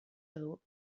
adult